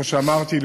כמו שאמרתי,